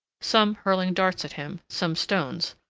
some hurling darts at him, some stones,